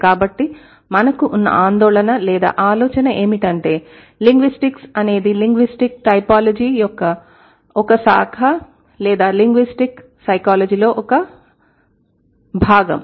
కాబట్టి మనకు ఉన్న ఆందోళన లేదా ఆలోచన ఏమిటంటే లింగ్విస్టిక్స్ అనేది లింగ్విస్టిక్ టైపోలాజీ యొక్క ఒక శాఖ లేదా లింగ్విస్టిక్ టైపోలాజీలో ఒక భాగం